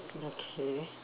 okay